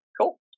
cool